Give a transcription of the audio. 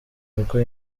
kuko